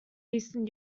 eastern